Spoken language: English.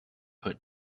hood